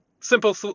simple